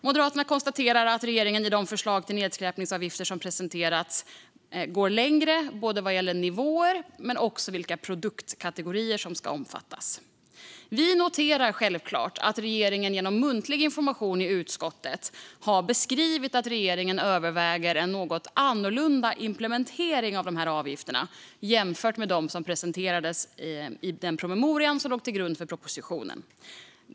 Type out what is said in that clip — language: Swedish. Moderaterna konstaterar att regeringen i de förslag till nedskräpningsavgifter som har presenterats går längre både vad gäller nivåer och vad gäller vilka produktkategorier som ska omfattas. Vi noterar självklart att regeringen genom muntlig information i utskottet har beskrivit att man överväger en något annorlunda implementering av dessa avgifter jämfört med dem som presenterades i den promemoria som låg till grund för propositionen.